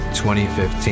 2015